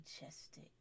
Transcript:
majestic